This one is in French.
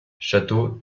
château